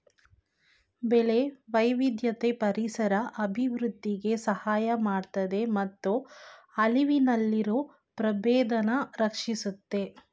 ಬೆಳೆ ವೈವಿಧ್ಯತೆ ಪರಿಸರ ಅಭಿವೃದ್ಧಿಗೆ ಸಹಾಯ ಮಾಡ್ತದೆ ಮತ್ತು ಅಳಿವಿನಲ್ಲಿರೊ ಪ್ರಭೇದನ ರಕ್ಷಿಸುತ್ತೆ